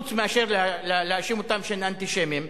חוץ מאשר להאשים אותם שהם אנטישמים?